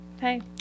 Hey